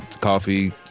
Coffee